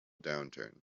downturn